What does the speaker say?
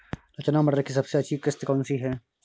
रचना मटर की सबसे अच्छी किश्त कौन सी है?